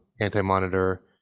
Anti-Monitor